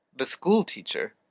the school-teacher?